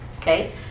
Okay